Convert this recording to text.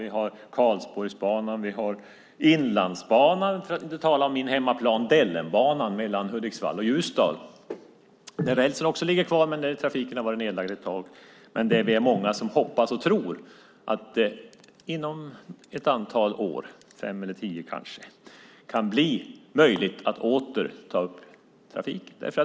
Vi har Karlsborgsbanan, vi har Inlandsbanan, för att inte tala om min hemmaplan där vi har Dellenbanan mellan Hudiksvall och Ljusdal. Där ligger rälsen kvar, men trafiken har varit nedlagd ett tag och vi är många som hoppas och tror att det inom ett antal år, fem eller tio kanske, kan bli möjligt att återuppta trafiken.